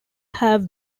have